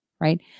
right